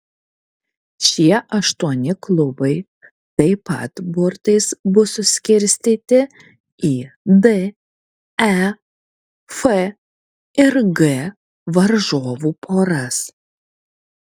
šie aštuoni klubai taip pat burtais bus suskirstyti į d e f ir g varžovų poras